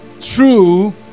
true